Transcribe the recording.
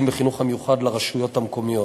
תלמידים בחינוך המיוחד לרשויות המקומיות.